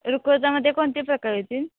रुखवतामध्ये कोणते प्रकारे येतील